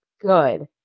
good